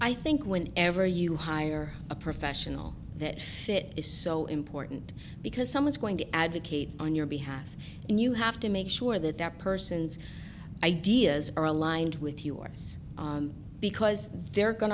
i think when ever you hire a professional that shit is so important because someone's going to advocate on your behalf and you have to make sure that that person's ideas are aligned with yours because they're going